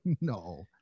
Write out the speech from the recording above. No